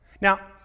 Now